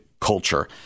culture